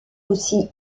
aussi